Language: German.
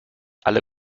alle